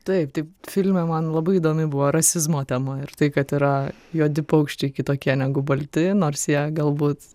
taip tai filme man labai įdomi buvo rasizmo tema ir tai kad yra juodi paukščiai kitokie negu balti nors jie galbūt